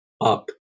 up